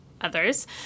others